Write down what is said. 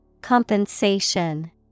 Compensation